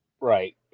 Right